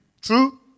True